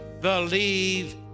believe